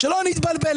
שלא נתבלבל.